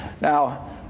Now